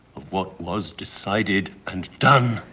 what was decided and done.